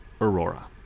Aurora